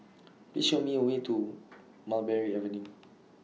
Please Show Me The Way to Mulberry Avenue